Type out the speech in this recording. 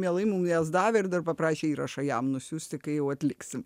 mielai mum jas davė ir dar paprašė įrašą jam nusiųsti kai jau atliksim